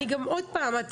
עוד פעם,